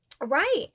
Right